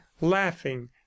laughing